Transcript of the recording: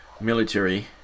military